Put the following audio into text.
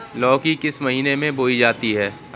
लौकी किस महीने में बोई जाती है?